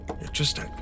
Interesting